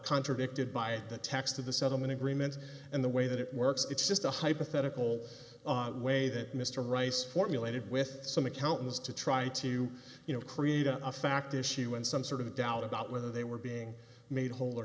contradicted by the text of the settlement agreement and the way that it works it's just a hypothetical way that mr rice formulated with some accountants to try to create a fact issue and some sort of doubt about whether they were being made whole or